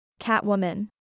Catwoman